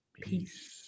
peace